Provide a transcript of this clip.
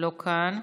לא כאן,